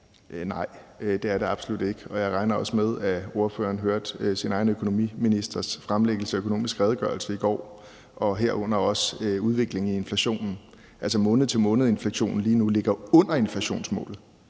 Nej, det er det absolut ikke, og jeg regner også med, at ordføreren hørte sin egen økonomiministers fremlæggelse af Økonomisk Redegørelse i går, herunder også udviklingen i inflationen. Altså, måned til måned-inflationen lige nu ligger under inflationsmålet,